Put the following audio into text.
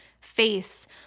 face